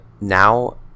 now